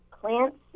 plants